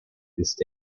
ist